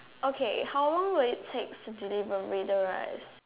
okay how long will it takes to deliver rice